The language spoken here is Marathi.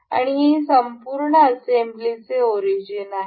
आणि हे संपूर्ण असेंब्लीचे ओरिजिनआहे